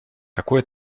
какое